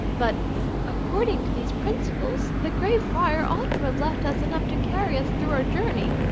but according to these principles the grey friar ought to have left us enough to carry us through our journey.